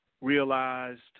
realized